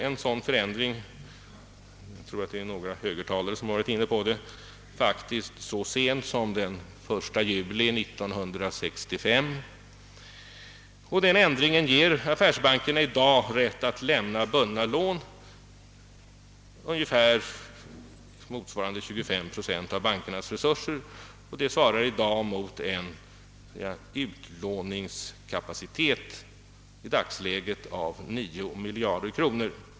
En sådan förändring gjordes — jag tror att några högertalare har berört saken — faktiskt så sent som den 1 juli 1965. Denna ändring ger affärsbankerna rätt att lämna bundna lån motsvarande ungefär 25 procent av bankernas resurser. Det svarar mot en utlåningskapacitet i dagsläget av 9 miljarder kronor.